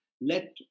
Let